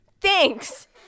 thanks